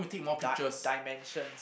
di~ dimension